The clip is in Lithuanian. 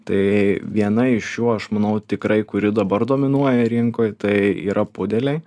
tai viena iš šių aš manau tikrai kuri dabar dominuoja rinkoj tai yra pudeliai